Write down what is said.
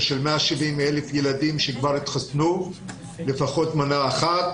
של 170 אלף ילדים שכבר התחסנו לפחות מנה אחת.